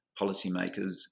policymakers